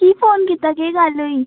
की फोन कीता केह् गल्ल होई